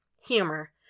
Humor